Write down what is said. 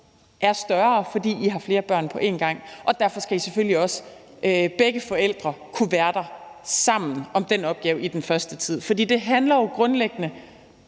er større, fordi de har flere børn på en gang, og at begge forældre derfor selvfølgelig også skal kunne være sammen om den opgave i den første tid. Det handler jo grundlæggende